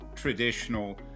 Traditional